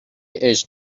عشق